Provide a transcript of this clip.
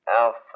Alpha